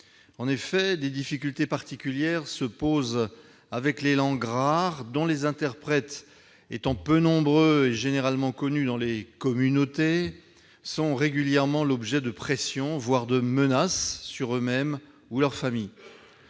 En effet, des difficultés particulières se posent avec les langues rares. Les interprètes étant peu nombreux et généralement connus dans les « communautés », ils sont régulièrement l'objet de pressions et de menaces sur eux-mêmes ou leur famille.